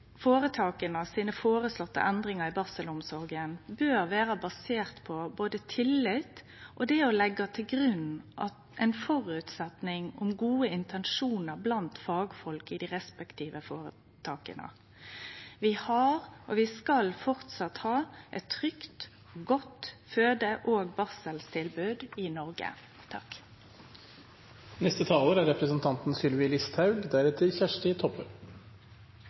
i barselomsorga bør vere basert på tillit og leggje til grunn ein føresetnad om gode intensjonar blant fagfolk i dei respektive føretaka. Vi har og vi skal framleis ha eit trygt og godt føde- og barseltilbod i Noreg. Fødsel og det å få barn er